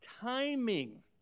timing